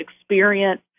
experience